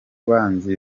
kibanza